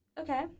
Okay